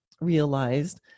realized